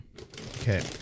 Okay